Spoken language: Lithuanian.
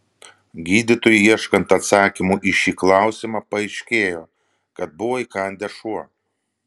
gydytojui ieškant atsakymų į šį klausimą paaiškėjo kad buvo įkandęs šuo